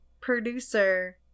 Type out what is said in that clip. producer